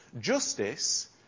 justice